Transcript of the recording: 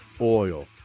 Oil